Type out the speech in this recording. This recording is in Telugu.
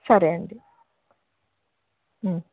సరే అండి